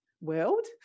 world